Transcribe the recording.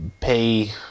pay